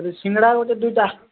ସିଙ୍ଗଡ଼ା ଗୋଟେ ଦୁଇଟା